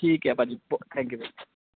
ਠੀਕ ਹੈ ਭਾਅ ਜੀ ਬ ਥੈਂਕ ਯੂ ਭਾਅ ਜੀ